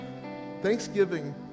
Thanksgiving